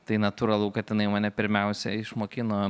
tai natūralu kad jinai mane pirmiausia išmokino